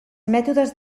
mètodes